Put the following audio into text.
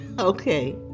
Okay